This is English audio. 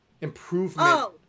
improvement